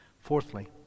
Fourthly